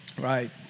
right